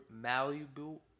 Malleable